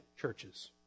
churches